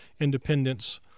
Independence